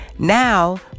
Now